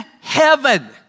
heaven